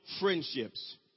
friendships